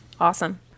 awesome